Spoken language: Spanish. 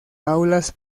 aulas